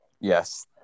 Yes